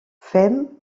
fem